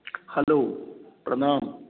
hello प्रणाम